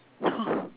oh